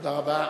תודה רבה.